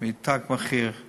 מל"תג מחיר";